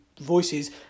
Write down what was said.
voices